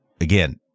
again